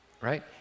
right